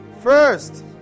first